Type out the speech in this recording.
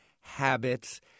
habits